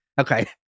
Okay